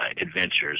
adventures